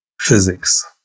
physics